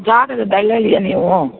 ಜಾಗದ ದಲ್ಲಾಳಿಯಾ ನೀವು